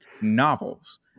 novels